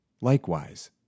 Likewise